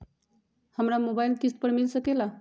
हमरा मोबाइल किस्त पर मिल सकेला?